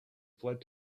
fled